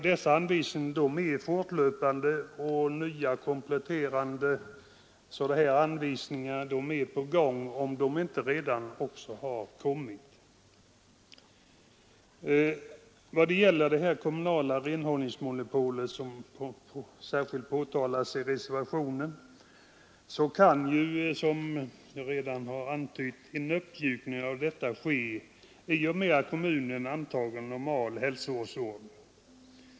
Dessa anvisningar ges fortlöpande, och nya kompletterande anvisningar är på gång, om de inte redan har kommit. Vad gäller det kommunala renhållningsmonopolet, som särskilt påtalas i reservationen, kan ju — som redan har antytts — en uppmjukning av detta ske i och med att kommunen antager normalhälsovårdsordning.